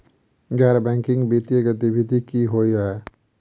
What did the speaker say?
गैर बैंकिंग वित्तीय गतिविधि की होइ है?